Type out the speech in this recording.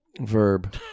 Verb